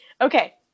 Okay